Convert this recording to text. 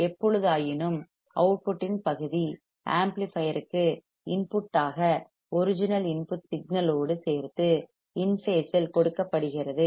எப்பொழுதாயினும் அவுட்புட்டின் பகுதி ஆம்ப்ளிபையர்க்கு இன்புட் ஆக ஒரிஜினல் இன்புட் சிக்னலோடு சேர்த்து இன் பேசில் கொடுக்கப்படுகிறது